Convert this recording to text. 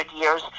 years